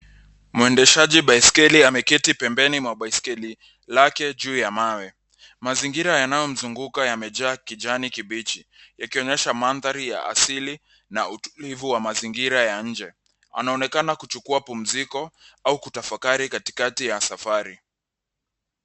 Mwendeshaji baiskeli ameketi pembeni mwa baiskeli lake juu ya mawe. Mazingira yanayomzunguka yamejaa kijani kibichi, yakionyesha mandhari ya asili na utulivu wa mazingira ya nje. Anaonekana kuchukua pumziko, au kutafakari katikati ya safari.